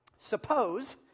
suppose